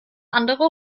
andere